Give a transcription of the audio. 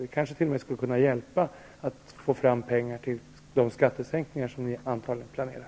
Det skulle kanske t.o.m. hjälpa att få fram pengar till de skattesänkningar som ni antagligen planerar.